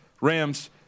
Rams